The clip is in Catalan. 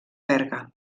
berga